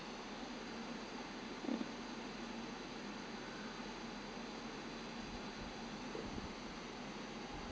mm